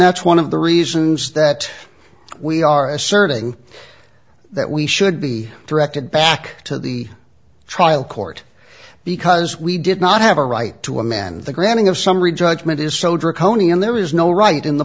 that's one of the reasons that we are asserting that we should be directed back to the trial court because we did not have a right to amend the granting of summary judgment is so draconian there is no right in the